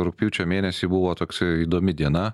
rugpjūčio mėnesį buvo toksai įdomi diena